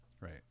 right